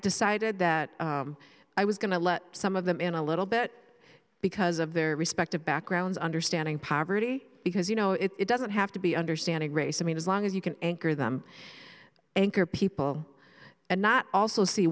decided that i was going to let some of them in a little bit because of their respective backgrounds understanding poverty because you know it doesn't have to be understanding race i mean as long as you can anchor them anchor people and not also see